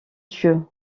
dieu